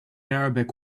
arabic